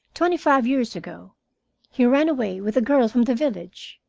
twenty-five years ago he ran away with a girl from the village.